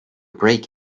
break